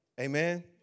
Amen